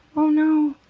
oh, no.